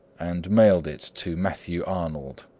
and mailed it to matthew arnold.